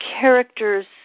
character's